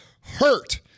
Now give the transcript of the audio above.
hurt